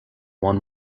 one